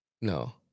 no